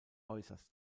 äußerst